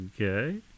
Okay